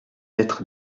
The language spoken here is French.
être